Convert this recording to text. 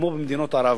כמו במדינות ערב,